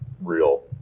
real